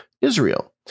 Israel